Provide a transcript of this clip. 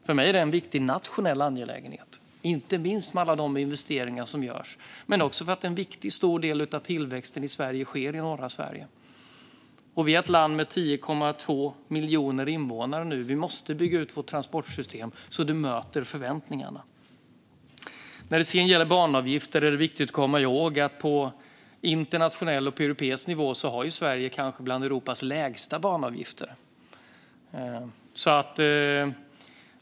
För mig är det en viktig nationell angelägenhet, inte minst med alla de investeringar som görs, men också för att en viktig och stor del av tillväxten i Sverige sker i norra Sverige. Vi är ett land med 10,2 miljoner invånare nu. Vi måste bygga ut vårt transportsystem så att det möter förväntningarna. När det sedan gäller banavgifter är det viktigt att komma ihåg att Sveriges banavgifter kanske är bland Europas lägsta.